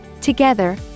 Together